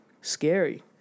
scary